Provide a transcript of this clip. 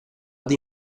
dei